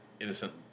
innocent